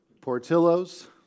Portillo's